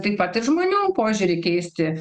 taip pat ir žmonių požiūrį keisti